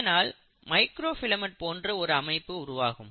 இதனால் micro filament போன்ற ஒரு அமைப்பு உருவாகும்